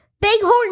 Bighorn